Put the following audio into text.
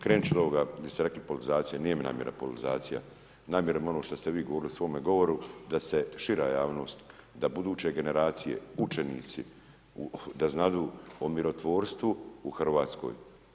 Krenut ću od ovoga di ste rekli politizacija, nije mi namjera politizacija, namjera mi je ono što ste vi govorili u svom govoru, da se šira javnost, da buduće generacije, učenici, da znadu o mirotvorstvu u Hrvatskoj.